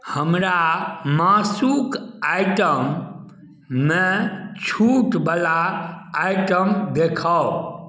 हमरा मासुक आइटममे छूट बला आइटम देखाउ